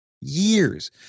years